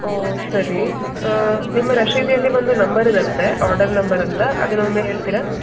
ಓ ಸರಿ ನಿಮ್ಮ ರಶೀದಿಯಲ್ಲಿ ಒಂದು ನಂಬರ್ ಇರತ್ತೆ ಆರ್ಡರ್ ನಂಬರ್ ಅಂತ ಅದನ್ನೊಮ್ಮೆ ಹೇಳ್ತೀರಾ